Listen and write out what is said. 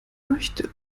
möchte